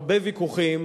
הרבה ויכוחים,